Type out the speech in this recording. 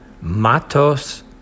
Matos